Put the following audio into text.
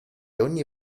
ogni